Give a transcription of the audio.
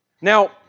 Now